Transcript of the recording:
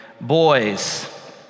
boys